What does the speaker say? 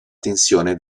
tensione